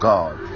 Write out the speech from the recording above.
God